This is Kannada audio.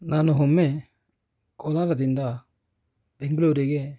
ನಾನು ಒಮ್ಮೆ ಕೋಲಾರದಿಂದ ಬೆಂಗಳೂರಿಗೆ